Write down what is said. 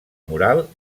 moral